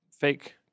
fake